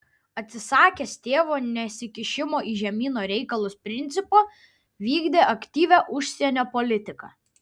atsisakęs tėvo nesikišimo į žemyno reikalus principo vykdė aktyvią užsienio politiką